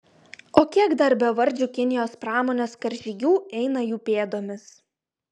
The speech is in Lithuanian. o kiek dar bevardžių kinijos pramonės karžygių eina jų pėdomis